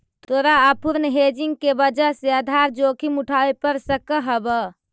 तोरा अपूर्ण हेजिंग के वजह से आधार जोखिम उठावे पड़ सकऽ हवऽ